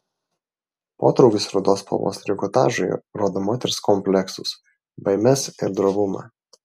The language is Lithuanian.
potraukis rudos spalvos trikotažui rodo moters kompleksus baimes ir drovumą